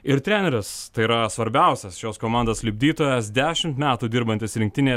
ir treneris tai yra svarbiausias šios komandos lipdytojas dešimt metų dirbantis rinktinėje